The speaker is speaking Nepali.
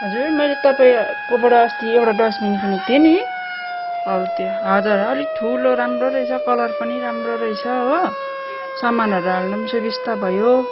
हजुर मैले तपाईँकोबाट अस्ति एउटा डस्टबिन किनेको थिएँ नि हौ त्यो हजर अलिक ठुलो राम्रो रहेछ कलर पनि राम्रो रहेछ हो समानहरू हाल्नु पनि सुबिस्ता भयो